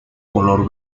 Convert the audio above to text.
color